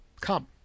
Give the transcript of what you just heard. Come